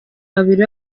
babiri